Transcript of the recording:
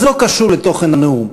זה לא קשור לתוכן הנאום,